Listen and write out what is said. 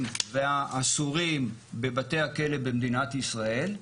והעצורים בבתי הכלא במדינת ישראל,